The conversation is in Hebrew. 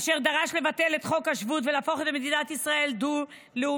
אשר דרש לבטל את חוק השבות ולהפוך את מדינת ישראל לדו-לאומית,